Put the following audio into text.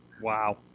Wow